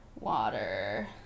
water